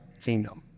kingdom